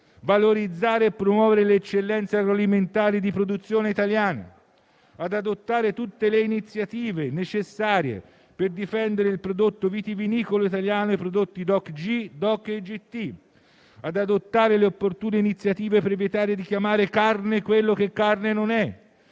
valorizzare e promuovere le eccellenze agroalimentari di produzione italiana; adottare tutte le iniziative necessarie per difendere il prodotto vitivinicolo italiano e i prodotti DOCG, DOC e IGT; adottare le opportune iniziative per evitare di chiamare carne quello che non lo è;